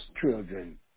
children